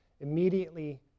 immediately